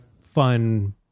fun